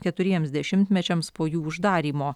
keturiems dešimtmečiams po jų uždarymo